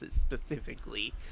specifically